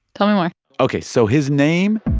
tell me more ok. so his name